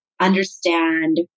understand